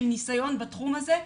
של ניסיון בתחום הזה.